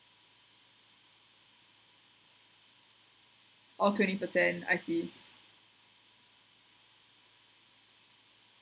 oh twenty percent I see